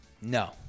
no